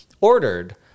ordered